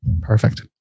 Perfect